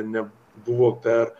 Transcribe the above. nebuvo per